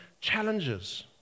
challenges